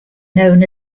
known